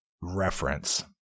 reference